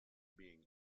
being